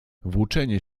włóczenie